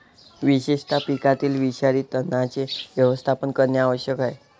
विशेषतः पिकातील विषारी तणांचे व्यवस्थापन करणे आवश्यक आहे